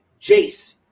Jace